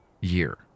year